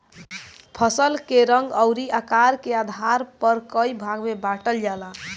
फसल के रंग अउर आकार के आधार पर कई भाग में बांटल जाला